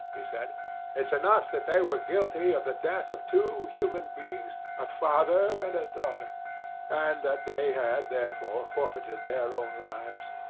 he said it's enough that they were guilty of the death of two human beings a father and a daughter and that they had, therefore, forfeited their own lives.